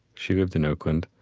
she lived in oakland.